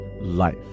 life